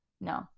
no